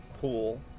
pool